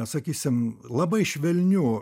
sakysim labai švelnių